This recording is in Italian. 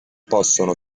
possono